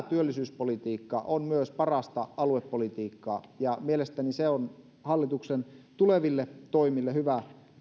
työllisyyspolitiikka on myös parasta aluepolitiikkaa ja mielestäni se on hallituksen tuleville toimille hyvä